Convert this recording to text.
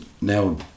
now